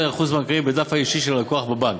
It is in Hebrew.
החוץ-בנקאי בדף האישי של הלקוח בבנק.